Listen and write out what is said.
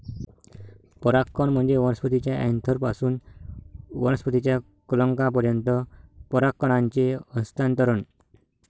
परागकण म्हणजे वनस्पतीच्या अँथरपासून वनस्पतीच्या कलंकापर्यंत परागकणांचे हस्तांतरण